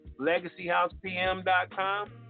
LegacyHousePM.com